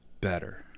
better